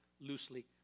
loosely